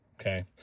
Okay